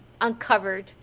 uncovered